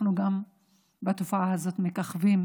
אנחנו גם בתופעה הזאת מככבים,